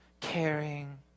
caring